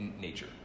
Nature